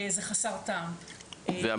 זה חסר טעם והמלצה?